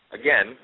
again